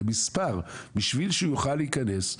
למספר, בשביל שהוא יוכל להכנס.